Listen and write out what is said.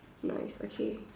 nice okay